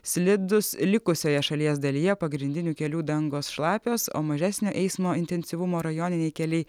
slidūs likusioje šalies dalyje pagrindinių kelių dangos šlapios o mažesnio eismo intensyvumo rajoniniai keliai